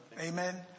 Amen